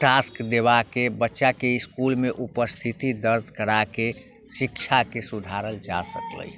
task देबाके बच्चाके इसकुलमे उपस्थिति दर्ज कराके शिक्षाके सुधारल जा सकलै हँ